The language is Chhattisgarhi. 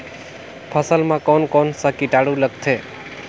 फसल मा कोन कोन सा कीटाणु लगथे?